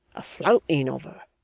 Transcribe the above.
a flouting of her,